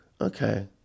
Okay